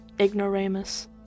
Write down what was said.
ignoramus